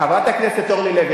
חברת הכנסת אורלי לוי,